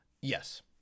yes